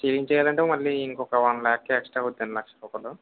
ceiling చెయ్యాలంటే మళ్ళీ ఇంకొక వన్ ల్యాక్ ఎక్స్ట్రా అవుద్దండి లక్ష రూపాయలు